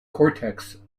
cortex